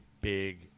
big